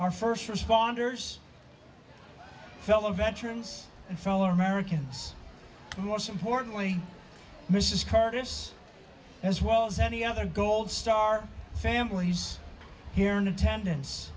our first responders fellow veterans and fellow americans and most importantly mrs curtis as well as any other gold star families here in attendance